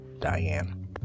Diane